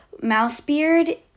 Mousebeard